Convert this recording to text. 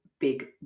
big